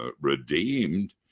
redeemed